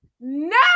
No